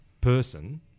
person